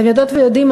אתם יודעות ויודעים,